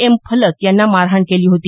M Phalak यांना मारहाण केली होती